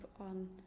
on